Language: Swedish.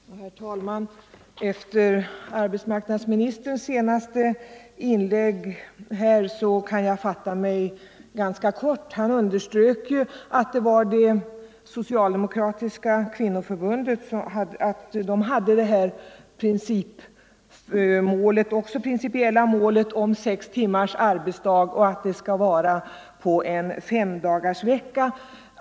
Herr talman! Efter arbetsmarknadsministerns senaste inlägg kan jag fatta mig ganska kort. Han underströk ju att det socialdemokratiska kvinnoförbundet hade sex timmars arbetsdag under en femdagarsvecka som sitt principiella mål.